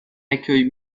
accueil